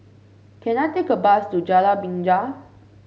can I take a bus to Jalan Binja